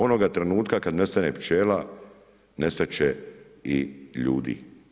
Onoga trenutka kad nestane pčela, nestati će i ljudi.